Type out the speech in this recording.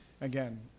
again